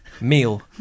Meal